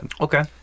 Okay